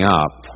up